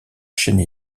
chaîne